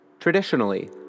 Traditionally